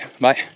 Bye